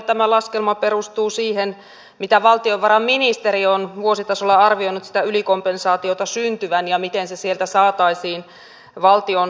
tämä laskelma perustuu siihen mitä valtiovarainministeriö on vuositasolla arvioinut sitä ylikompensaatiota syntyvän ja miten se sieltä saataisiin valtion tulopuolelle takaisin